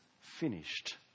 finished